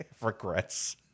regrets